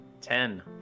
Ten